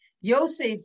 Yosef